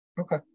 okay